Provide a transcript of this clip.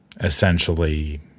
essentially